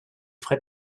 frais